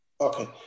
Okay